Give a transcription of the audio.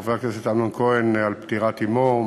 לחבר הכנסת אמנון כהן על פטירת אמו.